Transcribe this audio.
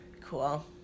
Cool